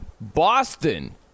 Boston